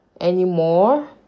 anymore